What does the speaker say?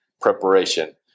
preparation